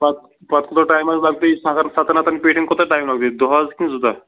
پتہٕ پَتہٕ کوٗتاہ ٹایم حظ لَگہِ تۅہہِ اگرسَتَن ہَتَن پیٹٮ۪ن کوٗتاہ ٹایم لَگٲوِتھ دۄہ حظ کِنہٕ زٕ دۄہ